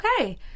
Okay